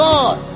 God